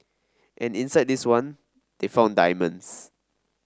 and inside this one they found diamonds